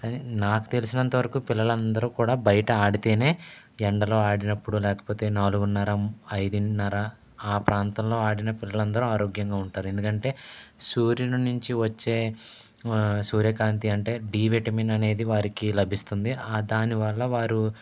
కానీ నాకు తెలిసినంత వరకూ పిల్లలందరూ కూడా బయట ఆడితేనే ఎండలో ఆడినప్పుడు లేకపోతే నాలుగున్నర ఐదున్నర ఆ ప్రాంతంలో ఆడిన పిల్లలందరూ ఆరోగ్యంగా ఉంటారు ఎందుకంటే సూర్యుని నుండి వచ్చే సూర్య కాంతి అంటే డి విటమిన్ అనేది వారికి లభిస్తుంది దానివల్ల వారు